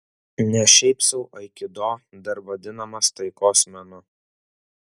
ne šiaip sau aikido dar vadinamas taikos menu